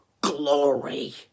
glory